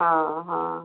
हाँ हाँ